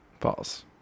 False